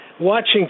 watching